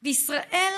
בישראל,